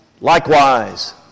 Likewise